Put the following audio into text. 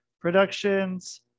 Productions